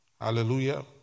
Hallelujah